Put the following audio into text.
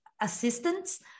assistance